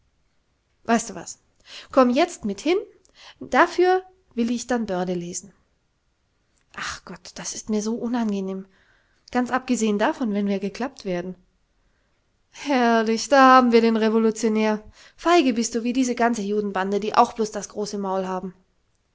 weißt du was komm jetzt mit hin und dafür will ich dann börne lesen ach gott das ist mir so unangenehm ganz abgesehn davon wenn wir geklappt werden herrlich da haben wir den revolutionär feige bist du wie diese ganze judenbande die auch blos das große maul haben